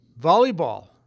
volleyball